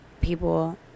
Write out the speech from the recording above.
people